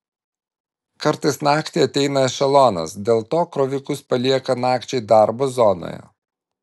kartais naktį ateina ešelonas dėl to krovikus palieka nakčiai darbo zonoje